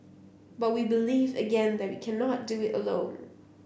but we believe again that we cannot do it alone